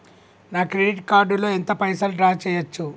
నా credit card లో ఎంత పైసల్ డ్రా చేయచ్చు?